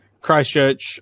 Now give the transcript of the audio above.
Christchurch